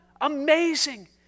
amazing